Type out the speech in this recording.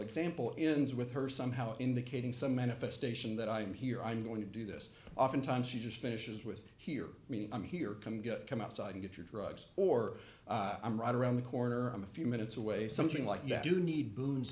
example ins with her somehow indicating some manifestation that i'm here i'm going to do this oftentimes she just finishes with hear me i'm here come get come outside and get your drugs or i'm right around the corner i'm a few minutes away something like that you need booms